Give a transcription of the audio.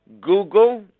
Google